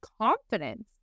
confidence